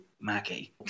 Maggie